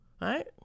right